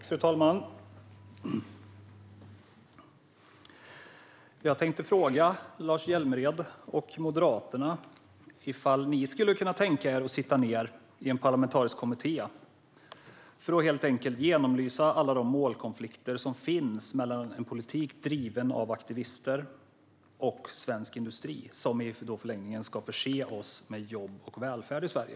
Fru talman! Jag tänkte fråga Lars Hjälmered och Moderaterna: Skulle ni kunna tänka er att sitta ned i en parlamentarisk kommitté för att genomlysa alla de målkonflikter som finns mellan en politik driven av aktivister och svensk industri, som i förlängningen ska förse oss med jobb och välfärd i Sverige?